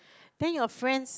then your friends